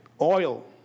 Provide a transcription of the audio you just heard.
Oil